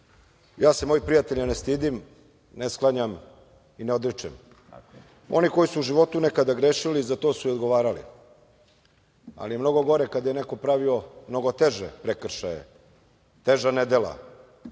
ja se mojih prijatelja ne stidim, ne sklanjam i ne odričem. Oni koji su u životu nekada grešili za to su i odgovarali, ali je mnogo gore kada je neko pravio mnogo teže prekršaje, teža nedela,